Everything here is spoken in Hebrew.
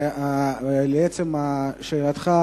ולעצם שאלתך,